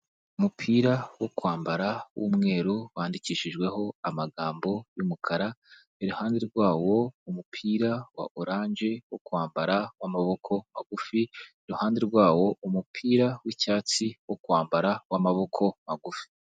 Umupira wo kwambara wumweru wandikishijweho amagambo yumukara iruhande rwawo umupira wa orange wo kwambara amaboko magufi, iruhande rwawo hari umupira w'icyatsi wokwambara w'amaboko magufi.